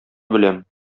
беләм